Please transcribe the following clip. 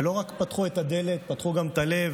שלא רק פתחו את הדלת, אלא פתחו גם את הלב.